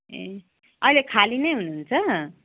ए अहिले खाली नै हुनुहुन्छ